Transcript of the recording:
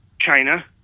China